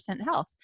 health